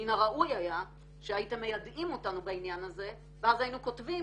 מן הראוי היה שהייתם מיידעים אותנו בעניין הזה ואז היינו כותבים